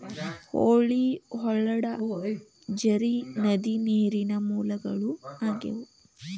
ಹೊಳಿ, ಹೊಳಡಾ, ಝರಿ, ನದಿ ನೇರಿನ ಮೂಲಗಳು ಆಗ್ಯಾವ